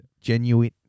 genuine